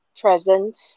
present